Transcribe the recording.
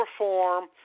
reform